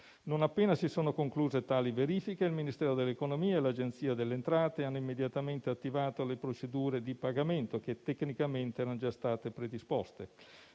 Non appena concluse tali verifiche, il Ministero dell'economia e l'Agenzia delle entrate hanno immediatamente attivato le procedure di pagamento che tecnicamente erano già state predisposte,